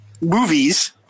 Movies